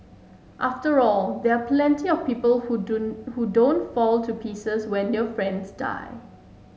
after all there are plenty of people who who don't fall to pieces when their friends die